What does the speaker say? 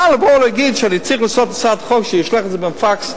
אבל כאן לבוא ולהגיד שאני צריך לעשות הצעת חוק שישלחו את זה בפקס,